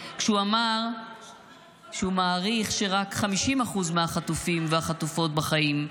כשהוא אמר שהוא מעריך שרק 50% מהחטופים והחטופות בחיים.